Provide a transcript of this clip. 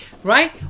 Right